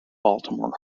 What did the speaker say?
baltimore